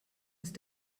ist